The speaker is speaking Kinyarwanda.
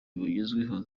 bugezweho